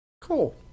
cool